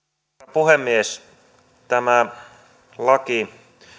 puhemies tämä laki